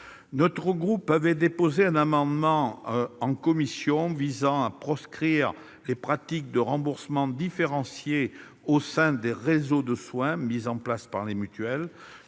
Notre groupe avait déposé un amendement en commission visant à proscrire les pratiques de remboursement différencié au sein des réseaux de soin mis en place par les mutuelles.